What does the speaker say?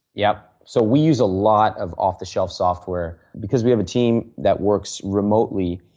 yeah so we use a lot of off the shelf software because we have a team that works remotely.